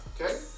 okay